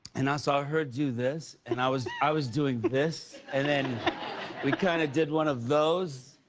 and i saw her do this. and i was i was doing this. and then we kind of did one of those.